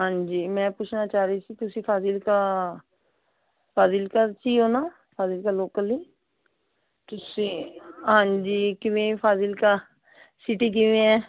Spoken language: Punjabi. ਹਾਂਜੀ ਮੈਂ ਪੁੱਛਣਾ ਚਾਹ ਰਹੀ ਸੀ ਤੁਸੀਂ ਫਾਜ਼ਿਲਕਾ ਫਾਜ਼ਿਲਕਾ 'ਚ ਹੀ ਹੋ ਨਾ ਫਾਜ਼ਿਲਕਾ ਲੋਕਲ ਹੀ ਤੁਸੀਂ ਹਾਂਜੀ ਕਿਵੇਂ ਫਾਜ਼ਿਲਕਾ ਸਿਟੀ ਕਿਵੇਂ ਹੈ